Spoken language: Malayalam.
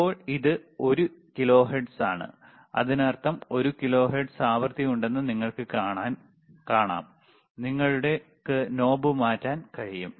ഇപ്പോൾ ഇത് 1 കിലോഹെർട്സ് ആണ് അതിനാൽ ഒരു കിലോഹെർട്സ് ആവൃത്തി ഉണ്ടെന്ന് നിങ്ങൾക്ക് കാണാം നിങ്ങൾക്ക് നോബ് മാറ്റാൻ കഴിയും